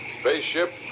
Spaceship